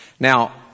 Now